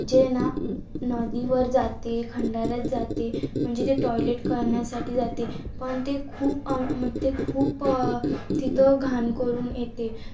जे ना नदीवर जातील खंडाऱ्यात जातील म्हणजे ते टॉयलेट करण्यासाठी जातील पण ते खूप ते खूप तिथं घाण करून येतील